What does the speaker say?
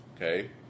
Okay